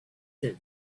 that